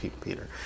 peter